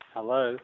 Hello